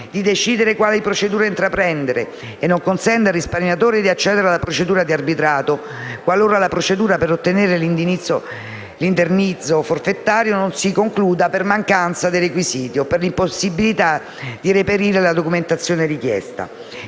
di decidere quale procedura intraprendere e non consente al risparmiatore di accedere alla procedura di arbitrato qualora la procedura per ottenere l'indennizzo forfettario non si concluda per mancanza dei requisiti o per l'impossibilità di reperire la documentazione richiesta